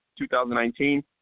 2019